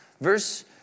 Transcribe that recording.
Verse